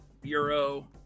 Bureau